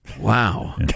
Wow